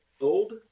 Old